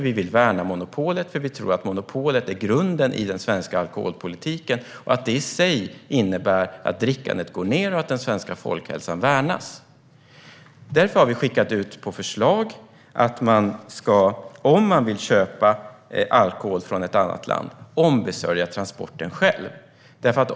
Vi vill värna monopolet, för vi tror att monopolet är grunden i den svenska alkoholpolitiken, som i sig innebär att drickandet går ned och att den svenska folkhälsan värnas. Därför har vi nu skickat ut på förslag att den som vill köpa alkohol från ett annat land ska ombesörja transporten själv.